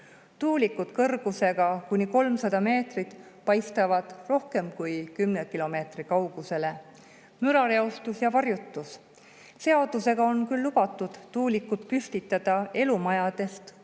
Tuulikud kõrgusega kuni 300 meetrit paistavad rohkem kui 10 kilomeetri kaugusele. Mürareostus ja varjutus. Seadusega on [keelatud] tuulikut püstitada elumajadest